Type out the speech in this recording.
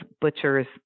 Butcher's